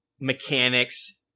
mechanics